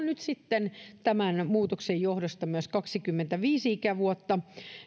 nyt sitten tämän muutoksen johdosta myös kaksikymmentäviisi ikävuotta